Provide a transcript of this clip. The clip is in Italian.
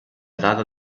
data